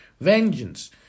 vengeance